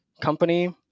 company